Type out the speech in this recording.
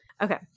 Okay